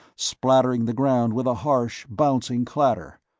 splattering the ground with a harsh, bouncing clatter.